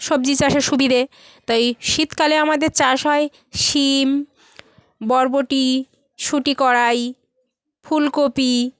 সবজি চাষের সুবিদে তাই শীতকালে আমাদের চাষ হয় শিম বরবটি কড়াইশুঁটি ফুলকপি